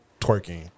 Twerking